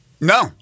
No